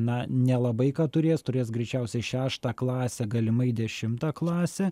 na nelabai ką turės turės greičiausiai šeštą klasę galimai dešimtą klasę